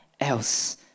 else